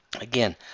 again